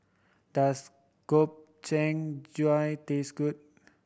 does Gobchang drive taste good